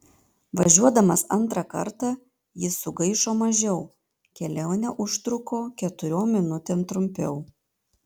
važiuodamas antrą kartą jis sugaišo mažiau kelionė užtruko keturiom minutėm trumpiau